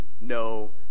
no